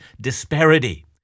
disparity